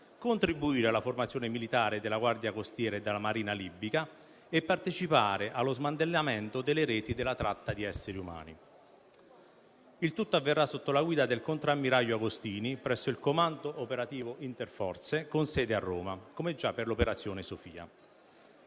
contribuire alla formazione militare della Guardia costiera e della Marina libica e di partecipare allo smantellamento delle reti della tratta di esseri umani. Il tutto avverrà sotto la guida del contrammiraglio Agostini, presso il Comando operativo interforze con sede a Roma, come già per l'operazione Sofia.